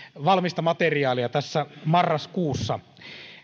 valmista materiaalia marraskuussa